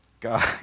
God